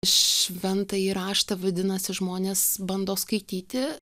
šventąjį raštą vadinasi žmonės bando skaityti